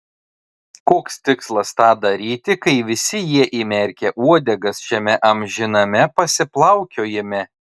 koks tikslas tą daryti kai visi jie įmerkę uodegas šiame amžiname pasiplaukiojime